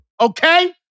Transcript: Okay